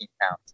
pounds